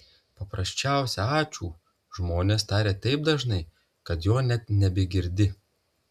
paprasčiausią ačiū žmonės taria taip dažnai kad jo net nebegirdėti